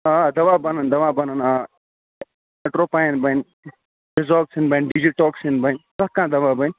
آ دوا بَنَن دوا بَنَن آ ایکروفاین بَنہِ اِزوفشن بَنہِ اِجِٹوکشن بَنہِ پریتھ کانہہ دواہ بَنہِ